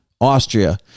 Austria